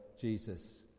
Jesus